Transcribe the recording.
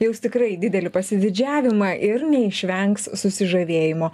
jaus tikrai didelį pasididžiavimą ir neišvengs susižavėjimo